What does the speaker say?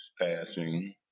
passing